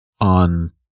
on